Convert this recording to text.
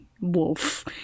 wolf